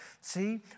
See